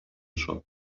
shop